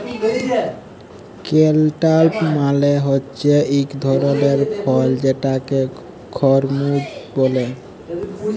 cantaloupe মালে হছে ইক ধরলের ফল যেটাকে খরমুজ ব্যলে